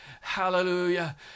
hallelujah